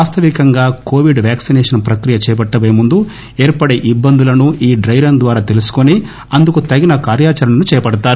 వాస్తవీకంగా Covid vaccination ప్రక్రియ చేపట్లబోయే ముందు ఏర్పడి ఇబ్బందులను ఈ డై రన్ లో తెలుసుకుని అందుకు తగిన కార్యాచణను చేపడతారు